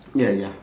ya ya